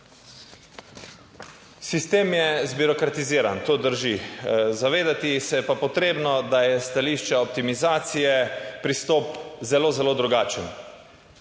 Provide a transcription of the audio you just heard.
Sistem je zbirokratiziran, to drži, zavedati se je pa potrebno, da je s stališča optimizacije pristop zelo, zelo drugačen.